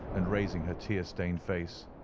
and raising her tear-stained face.